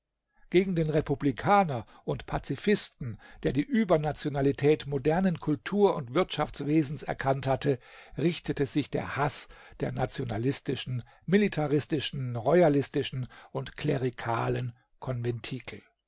gegen den republikaner und pazifisten der die übernationalität modernen kultur und wirtschaftswesens erkannt hatte richtete sich der haß der nationalistischen militaristischen royalistischen und